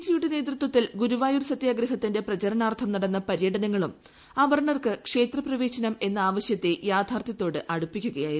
ജിയുടെ നേതൃത്വത്തിൽ ഗുരുവായൂർ സത്യാഗ്രത്തിന്റെ പ്രചരണാർത്ഥം നടന്ന പര്യടനങ്ങളും അവർണ്ണർക്ക് ക്ഷേത്രപ്രവേശനം എന്ന ആവശ്യത്തെ യാഥാർഥ്യത്തോട് അടുപ്പിക്കുകയായിരുന്നു